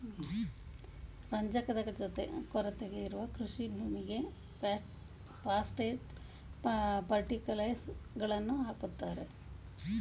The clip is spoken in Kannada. ರಂಜಕದ ಕೊರತೆ ಇರುವ ಕೃಷಿ ಭೂಮಿಗೆ ಪಾಸ್ಪೆಟ್ ಫರ್ಟಿಲೈಸರ್ಸ್ ಗಳನ್ನು ಹಾಕುತ್ತಾರೆ